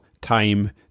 time